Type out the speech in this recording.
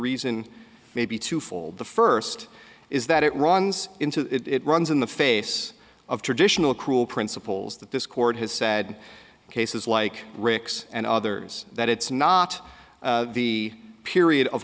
reason may be twofold the first is that it runs into it runs in the face of traditional accrual principles that this court has said cases like ricks and others that it's not the period of